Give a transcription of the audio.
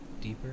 deeper